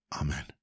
Amen